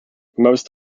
most